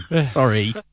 Sorry